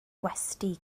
gwesty